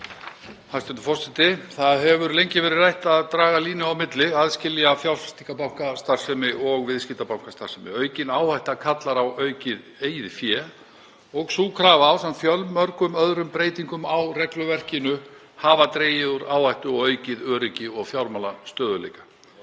hefur verið rætt um að draga línu á milli, aðskilja fjárfestingarbankastarfsemi og viðskiptabankastarfsemi. Aukin áhætta kallar á aukið eigið fé. Sú krafa, ásamt fjölmörgum öðrum breytingum á regluverkinu, hefur dregið úr áhættu og aukið öryggi og fjármálastöðugleika.